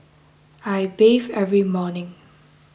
I bathe every morning